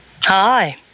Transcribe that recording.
Hi